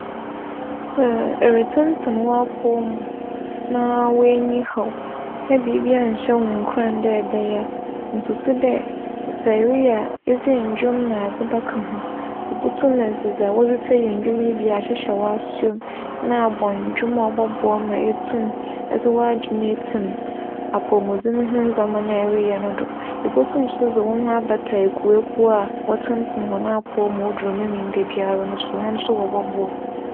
Sɛ eretsentsen w'apͻw mu na w'enyi haw na biribiara nnhyɛ wo nkuran dɛ ebɛyɛ a, mususu dɛ sɛ ereyɛ a edze ndwom na adze bɛka ho. Ibotum dze dza wͻdze tsie ndwom yi bi ahyehyɛ w'asowa mu na abͻ ndwom a ͻbͻboa wo ma etum edze w'adwen etsim apͻwmudzen ndzɛmba na ereyɛ no do. Ibotum so dze wo ho abata ekuwekuw a wͻtsentsen hͻn apͻw mu odur Memenda biara, hͻn so wͻbͻboa wo.